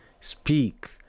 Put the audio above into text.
speak